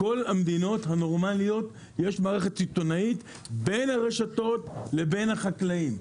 בכל המדינות הנורמליות יש מערכת סיטונאית בין הרשתות לבין החקלאים.